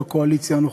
בקואליציה הנוכחית.